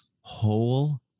whole